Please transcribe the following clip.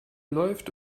läuft